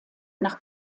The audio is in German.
nach